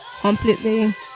completely